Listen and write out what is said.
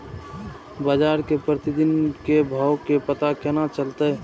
बजार के प्रतिदिन के भाव के पता केना चलते?